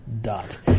dot